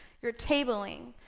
you're tabling.